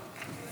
הלאומי